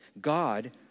God